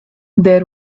there